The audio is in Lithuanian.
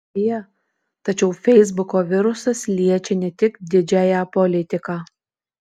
deja tačiau feisbuko virusas liečia ne tik didžiąją politiką